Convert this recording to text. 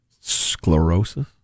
sclerosis